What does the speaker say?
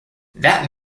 that